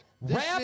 Rap